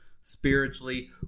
spiritually